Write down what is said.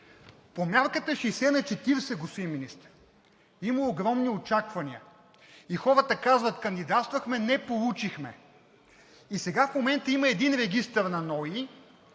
По мярката 60/40, господин Министър, има огромни очаквания и хората казват: кандидатствахме – не получихме. В момента има един регистър на НОИ,